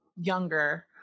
younger